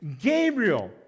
Gabriel